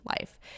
life